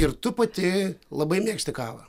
ir tu pati labai mėgsti kavą